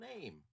name